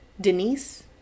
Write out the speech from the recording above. Denise